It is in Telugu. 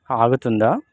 ఆగుతుందా